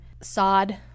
SOD